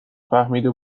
فهمیده